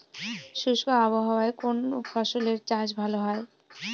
শুষ্ক আবহাওয়ায় কোন ফসলের চাষ ভালো হয়?